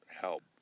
help